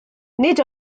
nid